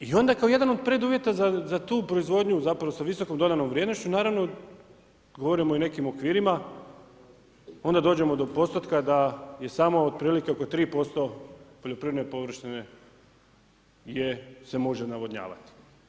I onda kao jedan od preduvjeta, za tu proizvodnju, zapravo sa visokom dodanom vrijednošću, naravno, kada govorimo o nekim okvirima, onda dođemo do postotka da je samo otprilike oko 3% poljoprivredne površine se može navodnjavati.